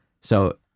So-